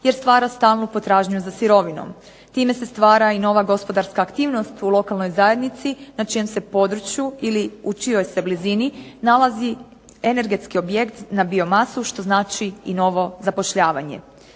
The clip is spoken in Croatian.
jer stvara stalnu potražnju za sirovinom. Time se stvara i nova gospodarska aktivnost u lokalnoj zajednici na čijem se području ili u čijoj se blizini nalazi energetski objekt na biomasu što znači i novo zapošljavanje.